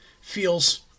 feels